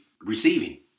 receiving